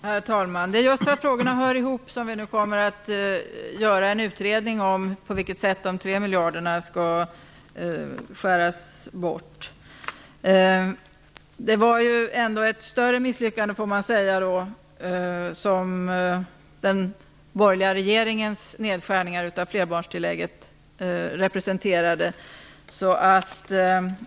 Herr talman! Vi vet också att frågorna hör ihop. Vi kommer nu att göra en utredning om på vilket sätt de 3 miljarderna skall skäras bort. Den borgerliga regeringens föreslagna nedskärning av flerbarnstillägget var ändå ett större misslyckande.